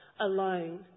alone